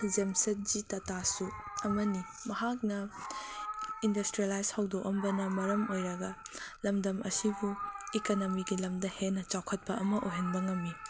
ꯖꯦꯝꯁꯠꯖꯤ ꯇꯇꯥꯁꯨ ꯑꯃꯅꯤ ꯃꯍꯥꯛꯅ ꯏꯟꯗꯁꯇꯔꯦꯂꯥꯏꯁ ꯍꯧꯗꯣꯛꯑꯝꯕꯅ ꯃꯔꯝ ꯑꯣꯏꯔꯒ ꯂꯝꯗꯝ ꯑꯁꯤꯕꯨ ꯏꯀꯅꯃꯤꯒꯤ ꯂꯝꯗ ꯍꯦꯟꯅ ꯆꯥꯎꯈꯠꯄ ꯑꯃ ꯑꯣꯏꯍꯟꯕ ꯉꯝꯏ